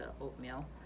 oatmeal